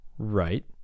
Right